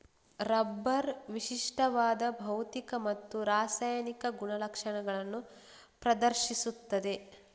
rubber ವಿಶಿಷ್ಟವಾದ ಭೌತಿಕ ಮತ್ತು ರಾಸಾಯನಿಕ ಗುಣಲಕ್ಷಣಗಳನ್ನು ಪ್ರದರ್ಶಿಸುತ್ತದೆ